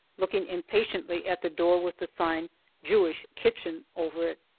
looking impatiently at the door with the sign jewish kitchen over it.